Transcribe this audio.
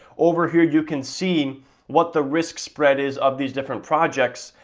over here you can see what the risk spread is of these different projects,